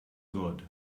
good